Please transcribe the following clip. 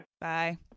bye